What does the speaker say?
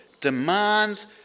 demands